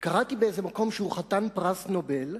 קראתי באיזה מקום שהוא חתן פרס נובל,